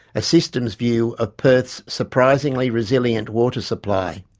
a systems view of perth's surprisingly resilient water supply,